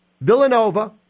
Villanova